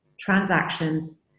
transactions